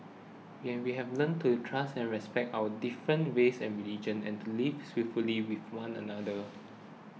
and we have learnt to trust and respect our different races and religions and to live peacefully with one another